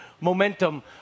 Momentum